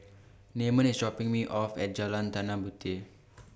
Namon IS dropping Me off At Jalan Tanah Puteh